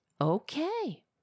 Okay